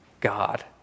God